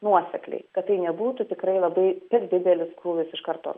nuosekliai kad tai nebūtų tikrai labai per didelis krūvis iš karto